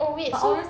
oh wait so